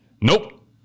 Nope